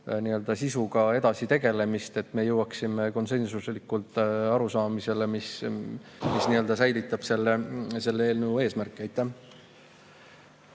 eelnõu sisuga edasi tegelemist, et me jõuaksime konsensuslikult arusaamisele, mis säilitab selle eelnõu eesmärke. Aitäh!